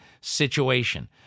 situation